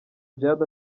djihad